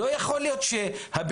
לא יכול להיות שהפענוחים,